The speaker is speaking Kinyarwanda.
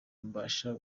mbasha